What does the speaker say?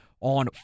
on